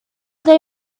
they